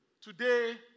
Today